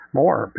more